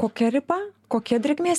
kokia riba kokia drėgmės